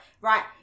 right